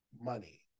money